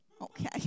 okay